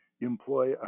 employ